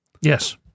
Yes